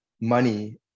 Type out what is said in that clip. money